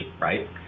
right